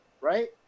right